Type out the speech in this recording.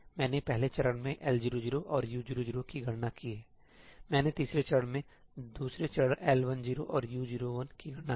मैंने पहले चरण में L00और U00की गणना की मैंने तीसरे चरण में दूसरे चरण L10 मेंU01 की गणना की